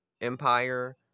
empire